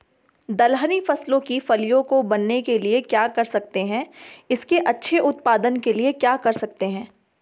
दलहनी फसलों की फलियों को बनने के लिए क्या कर सकते हैं इसके अच्छे उत्पादन के लिए क्या कर सकते हैं?